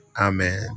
Amen